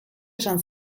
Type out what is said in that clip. esan